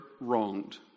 wronged